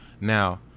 Now